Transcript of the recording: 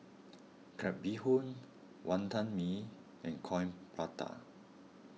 Crab Bee Hoon Wonton Mee and Coin Prata